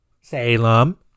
Salem